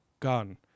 gun